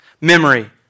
Memory